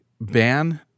ban